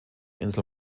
insel